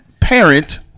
parent